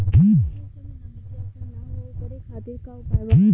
सूखा मिर्चा में नमी के असर न हो ओकरे खातीर का उपाय बा?